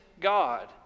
God